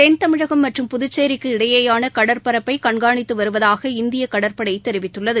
தென்தமிழகம் மற்றும் புதுச்சேிக்கு இடையேயான கடற் பரப்பை கண்காணித்து வருவதாக இந்திய கடற்படை தெரிவித்துள்ளது